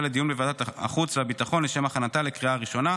לדיון בוועדת החוץ והביטחון לשם הכנתה לקריאה הראשונה.